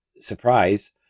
surprise